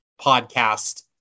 podcast